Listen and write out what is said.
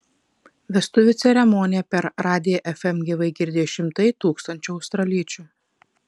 vestuvių ceremoniją per radiją fm gyvai girdėjo šimtai tūkstančių australiečių